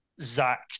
Zach